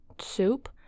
soup